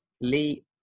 Lee